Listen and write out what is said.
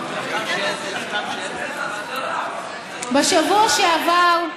בשבוע שעבר,